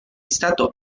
stato